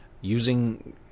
using